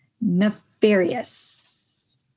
nefarious